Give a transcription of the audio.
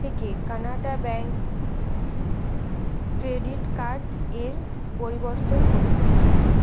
থেকে Canara Bank credit card এর পরিবর্তন করুন